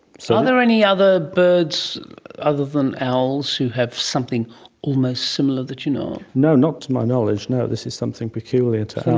so there any other birds other than owls who have something almost similar that you know of? no, not to my knowledge, no, this is something peculiar to and